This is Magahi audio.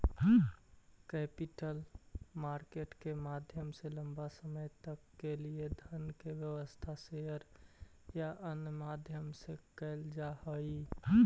कैपिटल मार्केट के माध्यम से लंबा समय तक के लिए धन के व्यवस्था शेयर या अन्य माध्यम से कैल जा हई